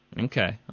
Okay